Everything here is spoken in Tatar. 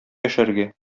яшәргә